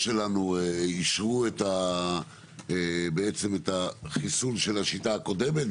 שלנו אישרו את החיסול של השיטה הקודמת,